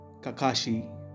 kakashi